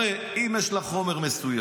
הרי אם יש לך חומר מסוים,